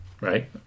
right